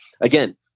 Again